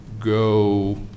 go